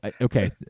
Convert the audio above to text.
Okay